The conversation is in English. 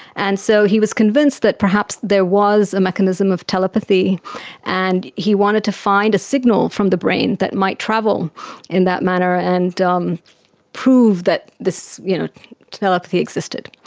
and so he was convinced that perhaps there was a mechanism of telepathy and he wanted to find a signal from the brain that might travel in that manner and um prove that this you know telepathy existed.